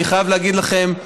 אני חייב להגיד לכם,